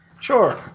Sure